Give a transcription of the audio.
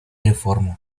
реформу